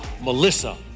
Melissa